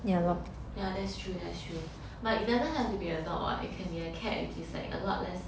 ya that's true that's true but it doesn't have to be a dog [what] it can be a cat which is like a lot less